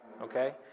okay